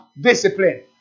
discipline